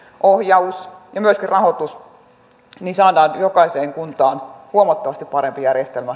ohjaus ja myöskin rahoitus saadaan jokaiseen kuntaan huomattavasti parempi järjestelmä